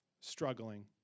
struggling